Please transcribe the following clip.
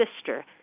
sister